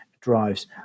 drives